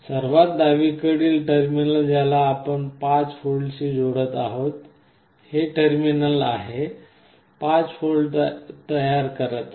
सर्वात डावीकडील टर्मिनल ज्याला आपण 5V शी जोडत आहोत हे टर्मिनल आहे 5V तयार करत आहे